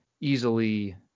easily